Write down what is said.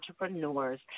entrepreneurs